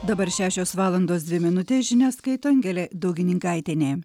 dabar šešios valandos dvi minutės žinias skaito angelė daugininkaitienė